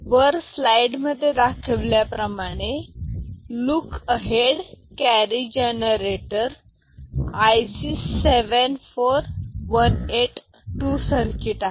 वर स्लाईड मध्ये दाखवल्याप्रमाणे look ahead carry generator IC 74182 circuit आहे